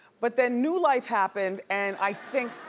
but then new life happened and i think,